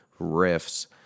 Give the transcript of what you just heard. riffs